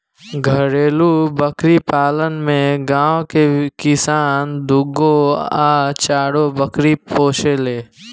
घरेलु बकरी पालन में गांव के किसान दूगो आ चारगो बकरी पोसेले